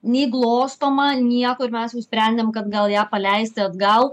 nei glostoma nieko ir mes nusprendėm kad gal ją paleisti atgal